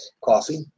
coffee